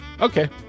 Okay